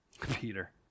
Peter